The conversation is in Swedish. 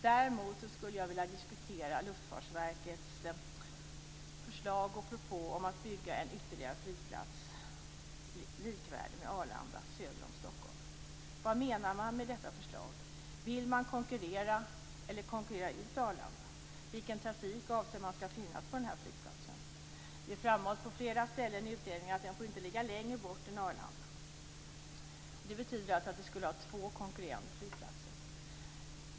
Däremot skulle jag vilja diskutera Luftfartsverkets förslag och propå om att bygga en ytterligare flygplats, likvärdig med Arlanda, söder om Stockholm. Vad menar man med detta förslag? Vill man konkurrera med eller konkurrera ut Arlanda? Vilken trafik avser man skall finnas på den här flygplatsen? Det framhålls på flera ställen i utredningen att den inte får ligga längre bort än Arlanda. Det betyder att vi skulle ha två konkurrerande flygplatser.